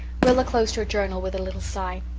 rilla closed her journal with a little sigh.